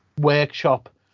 workshop